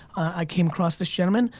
i came across this gentleman,